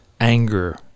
anger